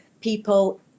people